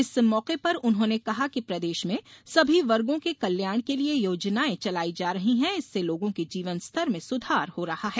इस मौके पर उन्होंने कहा कि प्रदेश में सभी वर्गो के कल्याण के लिये योजनाए चलाई जा रही इससे लोगों के जीवन स्तर में सुधार हो रहा हैं